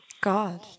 God